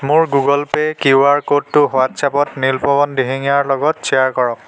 মোৰ Google Pay QR ক'ডটো হোৱাট্ছএপত নীলপৱন দিহিঙীয়াৰ লগত শ্বেয়াৰ কৰক